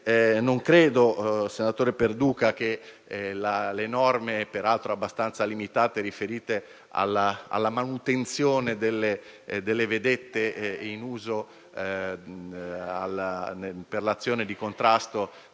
non credo, senatore Perduca, che le risorse, peraltro abbastanza limitate, riferite alla manutenzione delle motovedette in uso per l'azione di contrasto